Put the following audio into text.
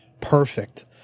perfect